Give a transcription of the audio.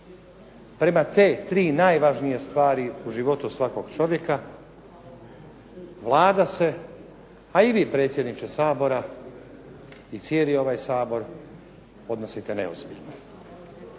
Prema te tri najvažnije stvari u životu svakog čovjeka Vlada se, a i vi predsjedniče Sabora i cijeli ovaj Sabor odnosite neozbiljno.